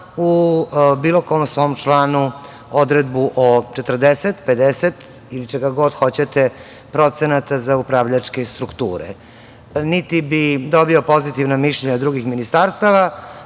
u bilo kom svom članu odredbu o 40, 50 ili čega god hoćete procenata za upravljačke strukture, niti bi dobio pozitivna mišljenja drugih ministarstava,